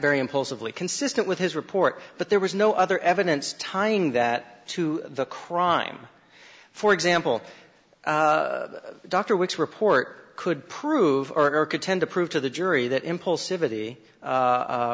very impulsively consistent with his report but there was no other evidence tying that to the crime for example dr which report could prove or or could tend to prove to the jury that impulsiv